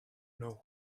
know